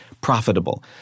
profitable